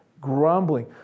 grumbling